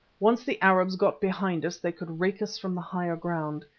once the arabs got behind us, they could rake us from the higher ground.